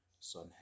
Son